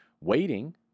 waiting